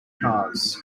cars